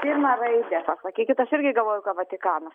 pirmą raidę pasakykit aš irgi galvojau kad vatikanas